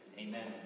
Amen